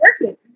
working